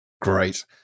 Great